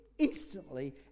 Instantly